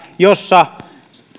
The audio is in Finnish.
jossa